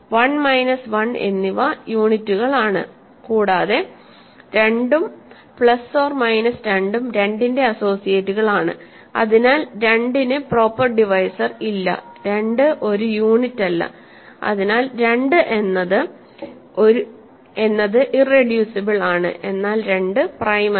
1 minus 1 എന്നിവ യൂണിറ്റുകളാണ് കൂടാതെ 2 ഉം പ്ലസ് ഓർ മൈനസ് 2 ഉം 2 ന്റെ അസോസിയേറ്റുകളാണ് അതിനാൽ 2 ന് പ്രോപ്പർ ഡിവൈസർ ഇല്ല 2 ഒരു യൂണിറ്റല്ല അതിനാൽ 2 എന്നത് ഇറെഡ്യൂസിബിൾ ആണ് എന്നാൽ 2 പ്രൈം അല്ല